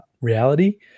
reality